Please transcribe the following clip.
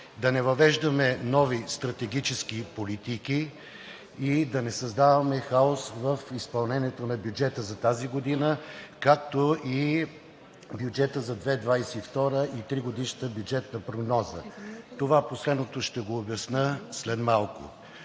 да не въвеждаме нови стратегически политики и да не създаваме хаос в изпълнението на бюджета за тази година, както и бюджета за 2022 г. и тригодишната бюджетна прогноза. Това последното ще го обясня след малко.